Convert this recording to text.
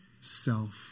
self